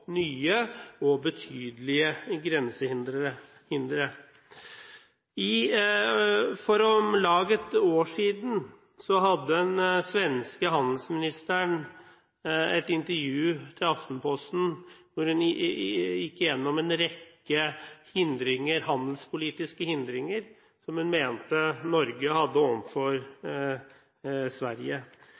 nye og betydelige grensehindre. For om lag et år siden hadde Aftenposten et intervju med den svenske handelsministeren. Der gikk hun igjennom en rekke handelspolitiske hindringer som hun mente Norge hadde overfor Sverige.